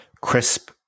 crisp